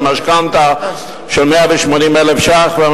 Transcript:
המשכנתה של 180,000 שקלים,